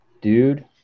dude